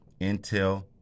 Intel